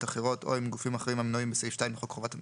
אחרות או עם גופים אחרים המנויים בסעיף 2 לחוק חובת מכרזים,